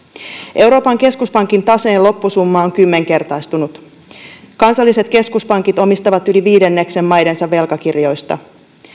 euroopan keskuspankin taseen loppusumma on kymmenkertaistunut kansalliset keskuspankit omistavat yli viidenneksen maidensa velkakirjoista